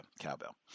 cowbell